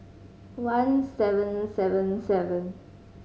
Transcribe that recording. one seven seven seven